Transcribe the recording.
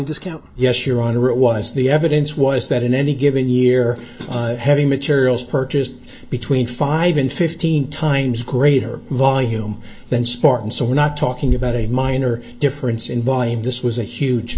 discount yes your honor it was the evidence was that in any given year heavy materials purchased between five and fifteen times greater volume than spartan so we're not talking about a minor difference in buying this was a huge